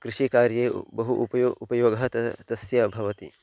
कृषिकार्ये बहु उपयोगः उपयोगः तस्य तस्य भवति